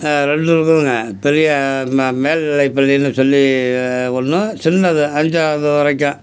ரெண்டு இருக்குதுங்க பெரிய ம மேல்நிலைப் பள்ளின்னு சொல்லி ஒன்று சின்னது அஞ்சாவது வரைக்கும்